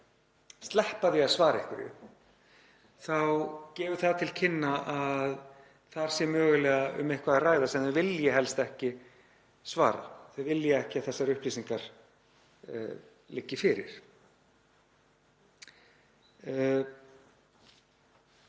sleppa því að svara einhverju þá gefur það til kynna að þar sé mögulega um eitthvað að ræða sem þau vilja helst ekki svara — þau vilja ekki að þessar upplýsingar liggi fyrir.